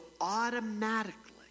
automatically